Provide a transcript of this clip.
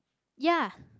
ya